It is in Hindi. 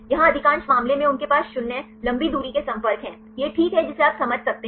यहां अधिकांश मामले में उनके पास शून्य लंबी दूरी के संपर्क हैं यह ठीक है जिसे आप समझ सकते हैं